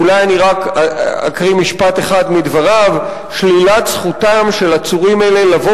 אולי אני רק אקריא משפט אחד מדבריו: "שלילת זכותם של עצורים אלה לבוא